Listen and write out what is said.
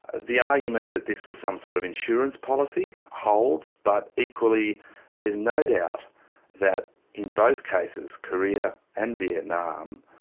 the argument that this was some sort of insurance policy holds, but equally there's no doubt that in both cases, korea and vietnam,